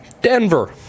Denver